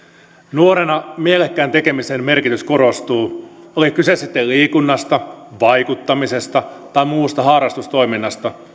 nuorena mielekkään tekemisen merkitys korostuu oli kyse sitten liikunnasta vaikuttamisesta tai muusta harrastustoiminnasta on